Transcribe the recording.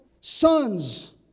sons